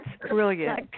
brilliant